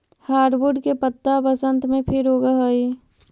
hardwood के पत्त्ता बसन्त में फिर उगऽ हई